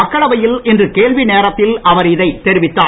மக்களவையில் இன்று கேள்வி நேரத்தில் அவர் இதைத் தெரிவித்தார்